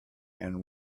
and